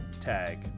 tag